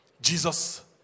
Jesus